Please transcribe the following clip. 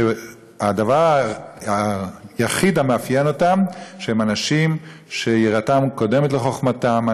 שהדבר היחיד המאפיין אותם הוא שהם אנשים שיראתם קודמת לחוכמתם,